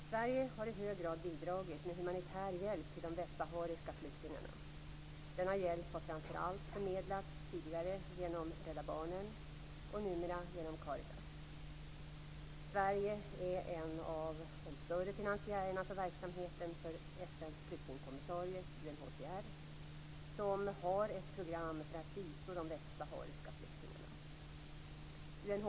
Sverige har i hög grad bidragit med humanitär hjälp till de västsahariska flyktingarna. Denna hjälp har framför allt förmedlats genom tidigare Rädda Barnen och numera Caritas. Sverige är en av de större finansiärerna av verksamheten för FN:s flyktingkommissarie, UNHCR, som har ett program för att bistå de västsahariska flyktingarna.